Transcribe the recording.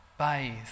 Bathe